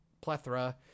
plethora